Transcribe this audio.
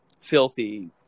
filthy